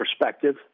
perspective